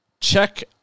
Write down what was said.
Check